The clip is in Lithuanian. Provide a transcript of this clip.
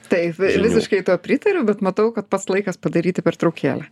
taip visiškai tau pritariu bet matau kad pats laikas padaryti pertraukėlę